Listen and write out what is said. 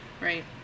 Right